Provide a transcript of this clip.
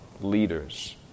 leaders